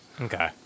Okay